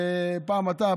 פעם אתה,